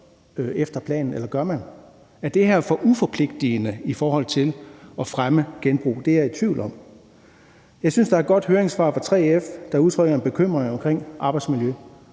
efter planen, eller gør man? Er det her for uforpligtende i forhold til at fremme genbrug? Det er jeg i tvivl om. Jeg synes, der er et godt høringssvar fra 3F, der udtrykker en bekymring omkring arbejdsmiljø,